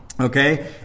okay